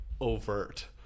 overt